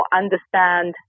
understand